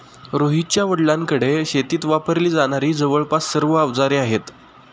रोहितच्या वडिलांकडे शेतीत वापरली जाणारी जवळपास सर्व अवजारे आहेत